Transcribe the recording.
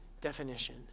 definition